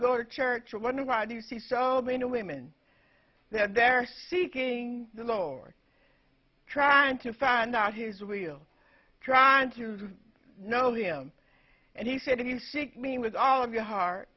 go to church or wonder why do you see so many women that they're seeking the lord trying to find out his real trying to just know him and he said he's sick mean with all of your heart